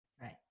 right